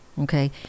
Okay